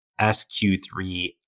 SQ3